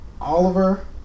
Oliver